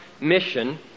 mission